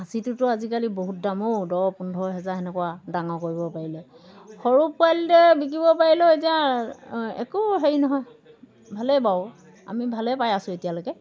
খাচীটোতো আজিকালি বহুত দাম ঔ দহ পোন্ধৰ হেজাৰ সেনেকুৱা ডাঙৰ কৰিব পাৰিলে সৰু পোৱালিতে বিকিব পাৰিলেও এতিয়া একো হেৰি নহয় ভালেই বাৰু আমি ভালেই পাই আছোঁ এতিয়ালৈকে